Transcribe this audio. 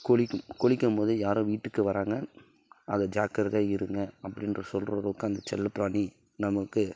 கொரைக்கும் கொரைக்கும் போது யாரோ வீட்டுக்கு வராங்க அது ஜாக்கிரதையாக இருங்கள் அப்படின்ற சொல்கிற அளவுக்கு அந்த செல்லப்பிராணி நமக்கு